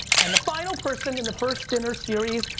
and the final person in the first dinner series,